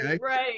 right